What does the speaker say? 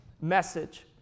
message